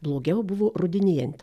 blogiau buvo rudenėjant